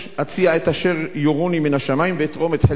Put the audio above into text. אציע את אשר יורוני מן השמים ואתרום את חלקי.